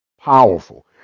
powerful